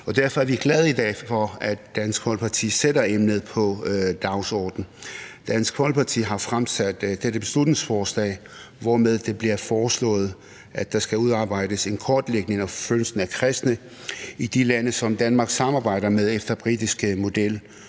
Derfor er vi i dag glade for, at Dansk Folkeparti har sat emnet på dagsordenen. Dansk Folkeparti har fremsat dette beslutningsforslag, hvormed det bliver foreslået, at der efter britisk model skal udarbejdes en kortlægning af forfølgelsen af kristne i de lande, som Danmark samarbejder med, og at der